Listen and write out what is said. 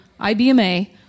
ibma